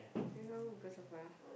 you good of well